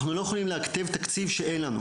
אנחנו לא יכולים להשתמש בתקציב שאין לנו.